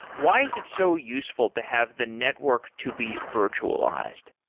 why is it so useful to have the network to be virtualized?